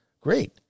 Great